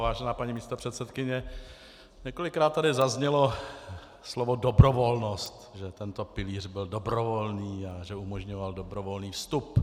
Vážená paní místopředsedkyně, několikrát tu zaznělo slovo dobrovolnost, že tento pilíř byl dobrovolný a že umožňoval dobrovolný vstup.